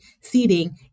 seating